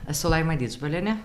esu laima didžbalienė